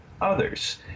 others